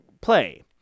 play